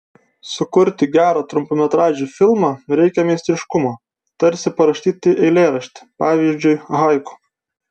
sukurti gerą trumpametražį filmą reikia meistriškumo tarsi parašyti eilėraštį pavyzdžiui haiku